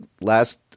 last